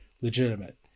legitimate